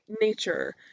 nature